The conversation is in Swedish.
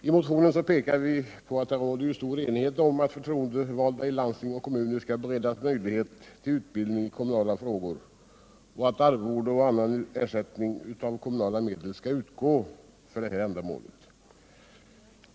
I motionen pekar vi på att det råder stor enighet om att förtroendevalda i landsting och kommuner skall beredas möjlighet till utbildning i kommunala frågor samt att arvode och annan ersättning skall utgå av kommunala medel för detta ändamål.